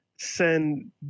send